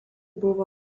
buvo